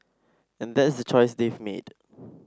and that's the choice they've made